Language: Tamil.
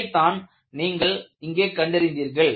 இதைத்தான் நீங்கள் இங்கே கண்டறிந்தீர்கள்